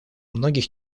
многих